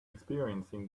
experiencing